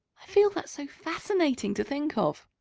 i feel that's so fascinating to think of.